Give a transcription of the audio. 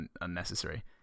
Unnecessary